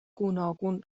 گوناگون